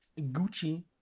Gucci